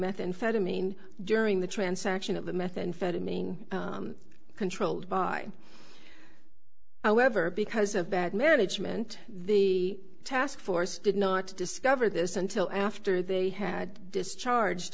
methamphetamine during the transaction of the methamphetamine controlled by however because of bad management the task force did not discover this until after they had discharged